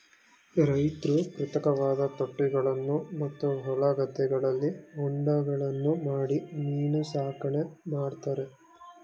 ರೈತ್ರು ಕೃತಕವಾದ ತೊಟ್ಟಿಗಳನ್ನು ಮತ್ತು ಹೊಲ ಗದ್ದೆಗಳಲ್ಲಿ ಹೊಂಡಗಳನ್ನು ಮಾಡಿ ಮೀನು ಸಾಕಣೆ ಮಾಡ್ತರೆ